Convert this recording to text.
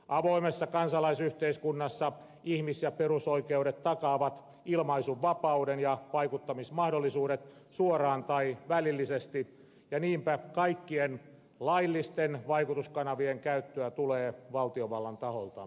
avoimessa kansalaisyhteiskunnassa ihmis ja perusoikeudet takaavat ilmaisunvapauden ja vaikuttamismahdollisuudet suoraan tai välillisesti ja niinpä kaikkien laillisten vaikutuskanavien käyttöä tulee valtiovallan taholta edistää